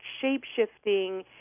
shape-shifting